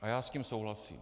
A já s tím souhlasím.